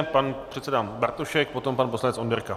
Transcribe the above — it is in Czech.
Pan předseda Bartošek, potom pan poslanec Onderka.